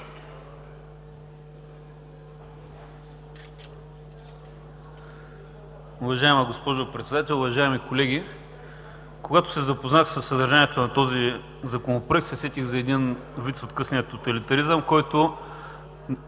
Уважаема госпожо Председател, уважаеми колеги! Когато се запознах със съдържанието на този Законопроект, се сетих за един виц от късния тоталитаризъм, който